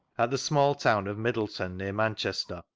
at the small town of middleton, near manchester,